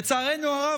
לצערנו הרב,